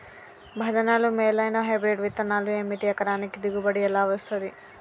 భజనలు మేలైనా హైబ్రిడ్ విత్తనాలు ఏమిటి? ఎకరానికి దిగుబడి ఎలా వస్తది?